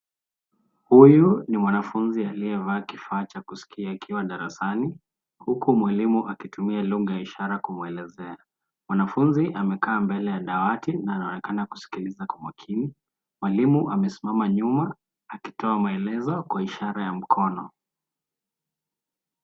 Huyu ni mwanafunzi aliye vaa kifaa cha kuskia akiwa darasani, huku mwalimu akitumia lugha ya ishara kumelezea, mwanafunzi amekaa mbele ya dawati na anaonekana kusikiliza kwa makini, mwalimu ame simama nyuma akitoa maelezo kwa ishara ya mkono.